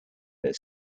their